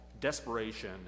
desperation